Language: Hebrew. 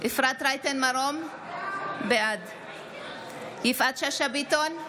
אפרת רייטן מרום, בעד יפעת שאשא ביטון,